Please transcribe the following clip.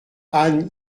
anne